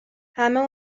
همه